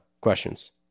questions